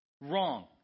Wrong